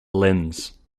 lens